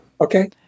Okay